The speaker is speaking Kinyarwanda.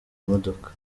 modoka